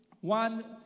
one